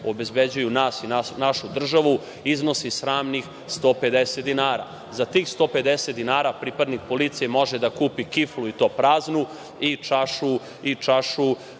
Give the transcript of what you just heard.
obezbeđuju nas i našu državu iznosi sramnih 150 dinara. Za tih 150 dinara pripadnik policije može da kupi kiflu, i to praznu, i čašu